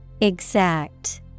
Exact